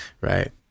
right